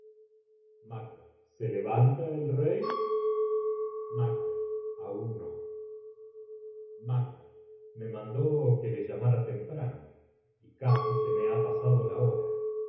macd macb len macd aún no me mandó que le llamara temprano y casi se me ha pasado la hora